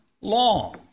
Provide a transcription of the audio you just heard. long